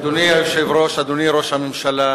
אדוני היושב-ראש, אדוני ראש הממשלה,